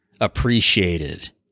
appreciated